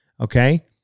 Okay